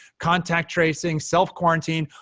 contact tracing, self quarantine,